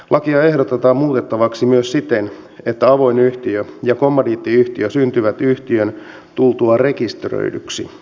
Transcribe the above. lakia ehdotetaan muutettavaksi myös siten että avoin yhtiö ja kommandiittiyhtiö syntyvät yhtiön tultua rekisteröidyksi